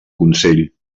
consell